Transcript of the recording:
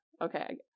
Okay